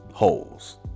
holes